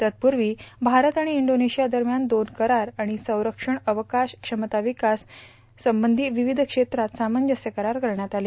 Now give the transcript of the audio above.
तत्पूर्वी भारत आणि इंडोनेशिया दरम्यान दोन करार आणि सौरक्षण अवकाश क्षमता विकास संबंधी विविध क्षेत्रात सामंजस्य करार करण्यात आले